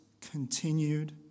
continued